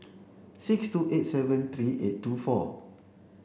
six two eight seven three eight two four